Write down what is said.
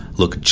look